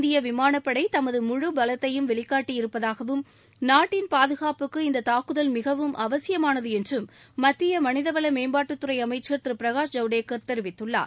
இந்திய விமான படை தமது முழு பலத்தையும் வெளிகாட்டியிருப்பதாகவும் நாட்டின் பாதுகாப்புக்கு இந்த தூக்குதல் மிகவும் அவசியமானது என்று மத்திய ்மனிதவள மேம்பாட்டுத்துறை அமைச்ச் திரு பிரகாஷ் ஜவடேகர் தெரிவித்துள்ளார்